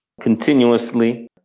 continuously